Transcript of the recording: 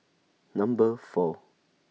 Number four